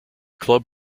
club